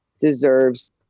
deserves